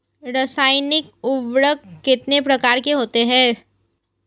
रासायनिक उर्वरक कितने प्रकार के होते हैं?